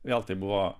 vėl tai buvo